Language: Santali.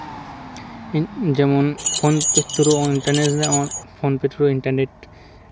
ᱤᱧ ᱡᱮᱢᱚᱱ ᱯᱷᱳᱱ ᱯᱮᱹ ᱛᱷᱨᱩ ᱤᱱᱴᱟᱨᱱᱮᱴ ᱨᱮᱦᱚᱸ ᱯᱷᱳᱱ ᱯᱮᱹ ᱛᱷᱨᱩ ᱤᱱᱴᱟᱨᱱᱮᱴ